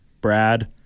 Brad